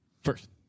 first